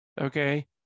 okay